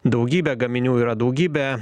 daugybė gaminių yra daugybė